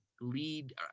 lead